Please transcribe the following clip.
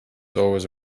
always